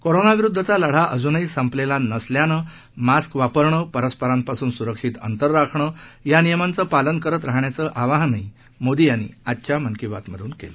कोरोनाविरुद्धचा लढा अजूनही संपलेला नसल्यानं मास्क वापरणं परस्परांपासून सुरक्षित अंतर राखणं या नियमांचं पालन करत राहण्याचं आवाहनही मोदी यांनी आजच्या मन की बातमधून केलं